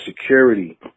security